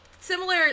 similar